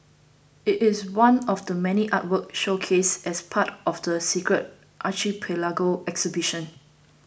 it is one of the many artworks showcased as part of the Secret Archipelago exhibition